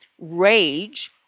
rage